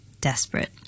desperate